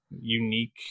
unique